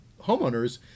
homeowners